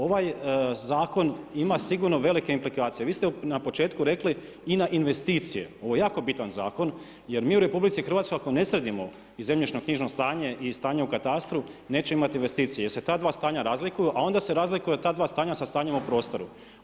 Ovaj zakon ima sigurno velike implikacije, vi ste na početku rekli i na investicije ovo je jako bitan zakon jer mi u RH ako ne sredimo i zemljišno knjižno stanje i stanje u katastru nećemo imati investicije, jer se ta dva stanja razliku, a onda se razlikuju ta dva stanja sa stanjem u prostoru.